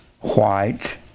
white